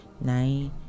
nine